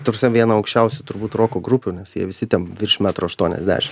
ta prasme viena aukščiausių turbūt roko grupių nes jie visi ten virš metro aštuoniasdešim